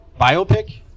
Biopic